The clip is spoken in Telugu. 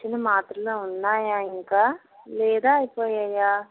ఇచ్చిన మాత్రలు ఉన్నాయా ఇంకా లేదా అయిపోయాయా